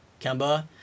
Kemba